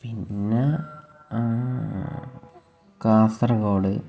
പിന്ന കാസര്ഗോഡ്